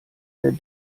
der